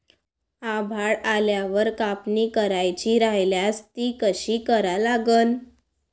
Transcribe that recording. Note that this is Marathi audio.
आभाळ आल्यावर कापनी करायची राह्यल्यास ती कशी करा लागन?